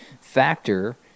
factor